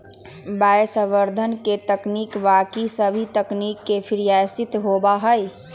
वायवसंवर्धन के तकनीक बाकि सभी तकनीक से किफ़ायती होबा हई